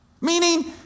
Meaning